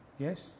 Yes